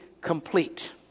complete